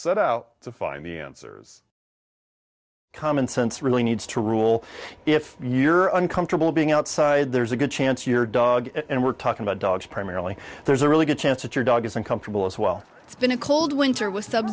set out to find the answers common sense really needs to rule if you're uncomfortable being outside there's a good chance your dog and we're talking about dogs primarily there's a really good chance that your dog is uncomfortable as well it's been a cold winter with sub